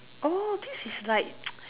oh this is like